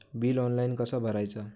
Bill online कसा भरायचा?